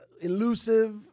elusive